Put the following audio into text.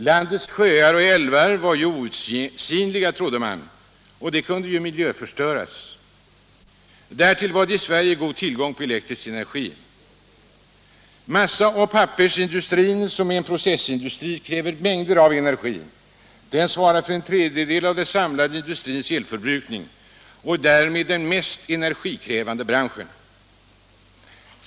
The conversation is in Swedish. Landets sjöar och älvar var ju outsinliga, trodde man, och de kunde inte heller miljöförstöras. Därtill var det i Sverige god tillgång på elektrisk energi. Massaoch pappersindustrin, som är en processindustri, kräver mängder av energi. Den svarar för en tredjedel av den samlade industrins elförbrukning och är därmed den mest energikrävande branschen.